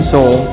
Soul